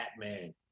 Batman